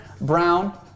brown